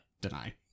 deny